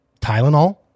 tylenol